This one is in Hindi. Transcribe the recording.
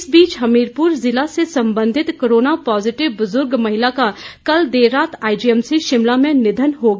इस बीच हमीरपुर जिले से संबंधित कोरोना पॉजिटिव बुर्जग महिला का कल रात आईजीएमजी शिमला में निधन हो गया